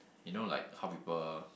you know like how people